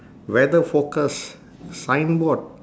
weather forecast signboard